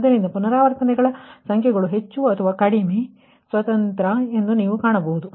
ಆದ್ದರಿಂದ ಪುನರಾವರ್ತನೆಗಳ ಸಂಖ್ಯೆಗಳು ಹೆಚ್ಚು ಅಥವಾ ಕಡಿಮೆ ಸ್ವತಂತ್ರ ಎಂದು ನೀವು ಕಾಣಬಹುದು